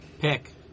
Pick